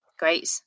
Great